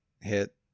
hit